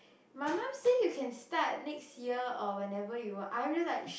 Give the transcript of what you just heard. my mum say you can start next year or whenever you want I'm just like